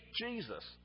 Jesus